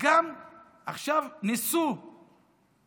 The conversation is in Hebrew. עכשיו ניסו גם